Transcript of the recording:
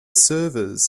servers